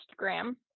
Instagram